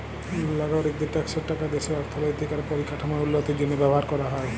লাগরিকদের ট্যাক্সের টাকা দ্যাশের অথ্থলৈতিক আর পরিকাঠামোর উল্লতির জ্যনহে ব্যাভার ক্যরা হ্যয়